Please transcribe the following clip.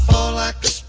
all acts